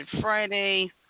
Friday